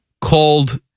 called